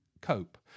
cope